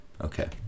Okay